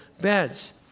beds